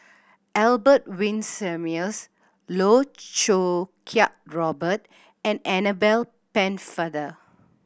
Albert Winsemius Loh Choo Kiat Robert and Annabel Pennefather